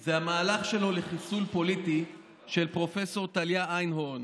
זה המהלך שלו לחיסול פוליטי של פרופ' טליה איינהורן,